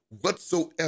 whatsoever